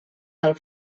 del